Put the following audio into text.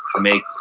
make